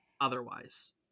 otherwise